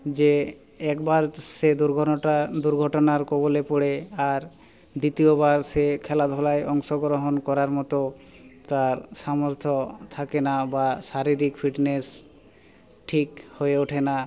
যে একবার সে দুর্ঘটনার কবলে পড়ে আর দ্বিতীয়বার সে খেলাধুলায় অংশগ্রহণ করার মতো তার সামর্থ্য থাকে না বা শারীরিক ফিটনেস ঠিক হয়ে ওঠে না